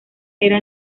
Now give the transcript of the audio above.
era